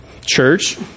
church